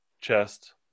chest